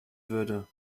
würde